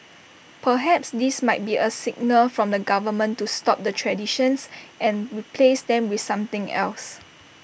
perhaps this might be A signal from the government to stop the traditions and replace them with something else